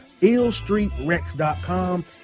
illstreetrex.com